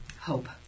Hope